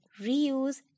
reuse